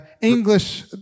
English